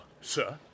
sir